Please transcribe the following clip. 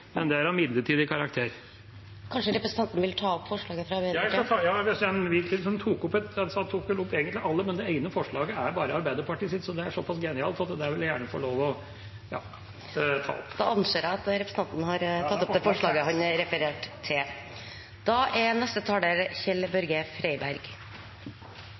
men det er av midlertidig karakter. Vil kanskje representanten ta opp Arbeiderpartiets forslag? Ja, gjerne. Representanten Wilkinson tok vel opp noen forslag som vi er med på, men det ene forslaget er bare Arbeiderpartiets, og det er såpass genialt at det vil jeg gjerne få lov til å ta opp. Representanten Tore Hagebakken har tatt opp det forslaget han refererte til.